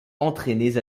entraînés